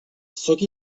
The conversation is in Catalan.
sóc